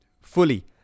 fully